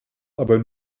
aber